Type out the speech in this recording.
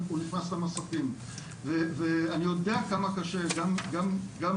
הוא נכנס למסכים ואני יודע כמה קשה גם להורים,